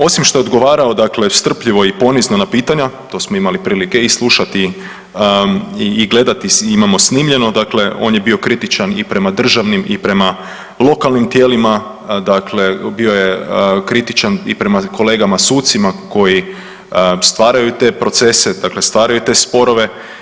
Osim što je odgovarao strpljivo i ponizno na pitanja, to smo imali prilike i slušati i gledati i imamo snimljeno, dakle on je bio kritičan i prema državnim i prema lokalnim tijelima, dakle bio je kritičan i prema kolegama sucima koji stvaraju te procese, dakle stvaraju te sporove.